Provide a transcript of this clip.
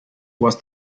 was